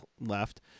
left